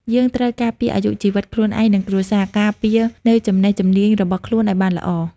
យើងត្រូវការពារអាយុជីវិតខ្លួនឯងនិងគ្រួសារ ការពារនូវចំណេះជំនាញរបស់ខ្លួនឱ្យបានល្អ។